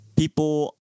People